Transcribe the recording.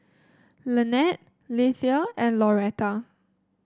Lanette Lethia and Lauretta